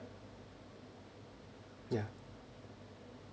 yeah I know